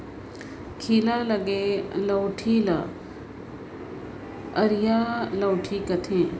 खीला लगे लउठी ल अरिया लउठी कथें